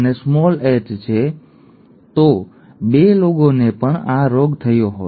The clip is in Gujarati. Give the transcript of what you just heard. આ HH ન હોઈ શકે નહીં તો આ 2 લોકોને પણ આ રોગ થયો હોત